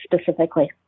specifically